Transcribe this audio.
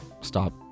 stop